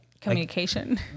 communication